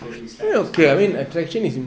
so it's like those kind of thing lah